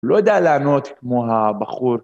לא יודע לענות כמו הבחור